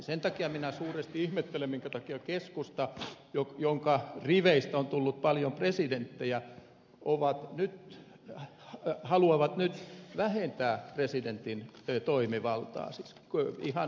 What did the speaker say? sen takia minä suuresti ihmettelen minkä takia keskusta jonka riveistä on tullut paljon presidenttejä haluaa nyt vähentää presidentin toimivaltaa ihan johdonmukaisesti